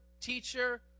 teacher